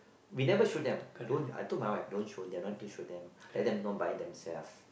we never show them don't I told my wife don't show them don't need show them let them know by themself